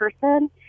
person